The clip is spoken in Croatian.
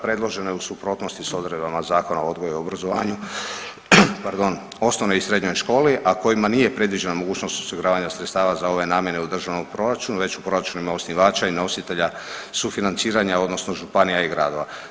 Predloženo je u suprotnosti s odredbama Zakona o odgoju i obrazovanju, pardon, osnovnoj i srednjoj školi, a kojima nije predviđena mogućnost osiguravanja sredstava za ove namjene u državnom proračunu već u proračunima osnivača i nositelja sufinanciranja, odnosno županija i gradova.